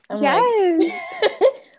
yes